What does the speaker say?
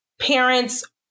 parents